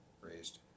Raised